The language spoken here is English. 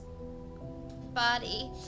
body